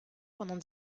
pendant